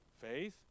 Faith